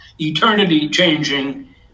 eternity-changing